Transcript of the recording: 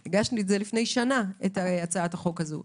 הגשנו את זה לפני שנה את הצעת החוק הזו.